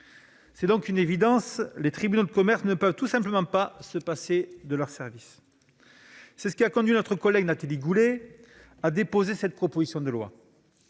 s'agit donc d'une évidence : les tribunaux de commerce ne peuvent tout simplement pas se passer de leurs services. C'est ce qui a conduit notre collègue Nathalie Goulet à déposer cette proposition de loi,